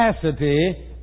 capacity